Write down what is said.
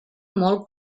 molt